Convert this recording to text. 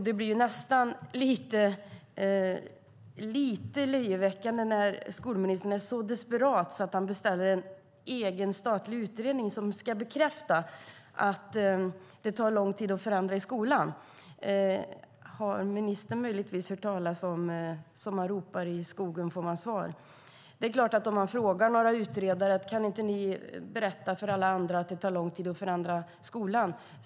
Det blir nästan lite löjeväckande när skolministern är så desperat att han beställer en egen statlig utredning som ska bekräfta att det tar lång tid att förändra i skolan. Jag undrar om ministern möjligtvis har hört talas om uttrycket: Som man ropar i skogen får man svar. Man kan säga till några utredare: Kan inte ni berätta för alla andra att det tar lång tid att förändra skolan.